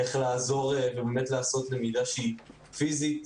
איך לעזור ולעשות למידה שהיא פיזית.